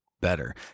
better